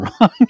wrong